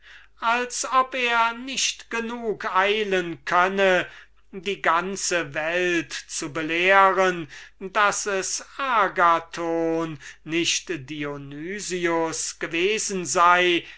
als ob er nicht genug eilen könne die ganze welt zu belehren daß es agathon nicht dionys gewesen sei